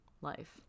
life